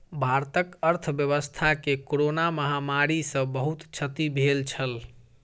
भारतक अर्थव्यवस्था के कोरोना महामारी सॅ बहुत क्षति भेल छल